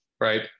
right